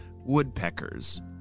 woodpeckers